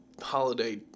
holiday